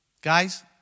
Guys